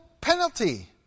penalty